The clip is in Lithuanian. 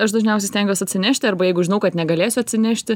aš dažniausiai stengiuos atsinešti arba jeigu žinau kad negalėsiu atsinešti